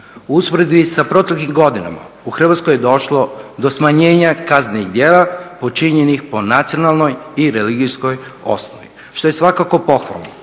usporedbi sa proteklim godinama u Hrvatskoj je došlo do smanjenja kaznenih djela počinjenih po nacionalnoj i religijskoj osnovi što je svakako pohvalno.